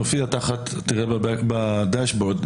תראה בדשבורד,